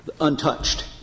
untouched